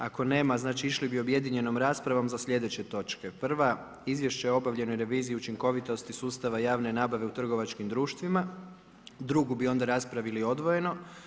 Ako nema znači išli bi objedinjenom raspravom za sljedeće točke: 1. Izvješće o obavljenoj reviziji učinkovitosti sustava javne nabave u trgovačkim društvima, Drugu bi onda raspravili odvojeno.